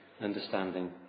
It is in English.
understanding